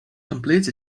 completes